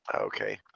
Okay